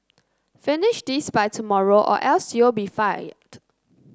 finish this by tomorrow or else you'll be fired